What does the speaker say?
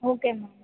okay ma'am